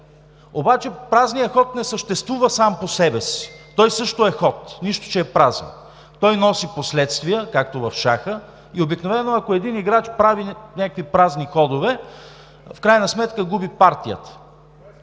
обаче празният ход не съществува сам по себе си. Той също е ход, нищо че е празен. Той носи последствия, както в шаха, и обикновено, ако един играч прави някакви празни ходове, в крайна сметка губи партията.